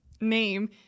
name